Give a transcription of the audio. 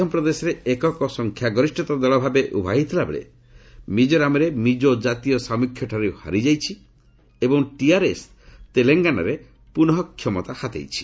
ମଧ୍ୟପ୍ରଦେଶରେ ଏକକ ସଂଖ୍ୟାଗରିଷ୍ଠତା ଦଳ ଭାବେ ଉଭା ହୋଇଥିଲାବେଳେ ମିଜୋରାମରେ ମିଜୋ ଜାତୀୟ ସାମ୍ଗୁଖ୍ୟଠାରୁ ହାରିଯାଇଛି ଏବଂ ଟିଆର୍ଏସ୍ ତେଲେଙ୍ଗାନାରେ ପ୍ରନଃ କ୍ଷମତା ହାତେଇଛି